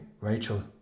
Rachel